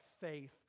faith